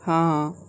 हाँ